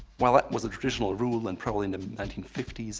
while that was a traditional rule and probably in the nineteen fifty s,